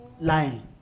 lying